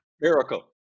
Miracle